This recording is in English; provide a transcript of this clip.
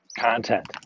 content